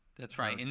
that's right. and